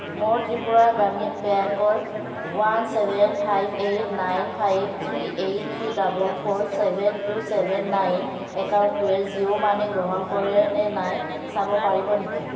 মোৰ ত্ৰিপুৰা গ্ৰামীণ বেংকৰ one seven five eight nine five three eight three double four seven two seven nine একাউণ্টটোৱে Jio money গ্ৰহণ কৰে নে নাই চাব পাৰিব নেকি